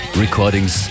Recordings